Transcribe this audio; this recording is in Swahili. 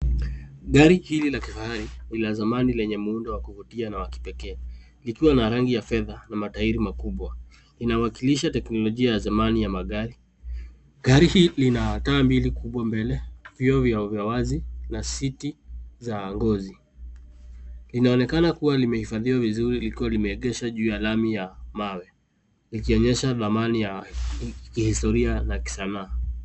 Gari hili la zamani ni la kifahari na wenye muundo wa kipekee ikiwa na rangi ya fedha na matairi makubwa. Inawskilisha teknolojia ya zamani ya magari. Gari hii Lina taa mbili kubwa mbele, vioo vya wazi, na siti za ngozi . Inaonekana kuwa limehifadhiwa vizuri likiwa limeegeshwa juu ya lami ya mawe ikionyesha damani ya hostoria na sanaa.